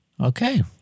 okay